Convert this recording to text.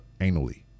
anally